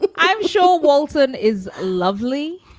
i'm sure walton is lovely,